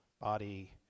body